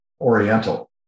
Oriental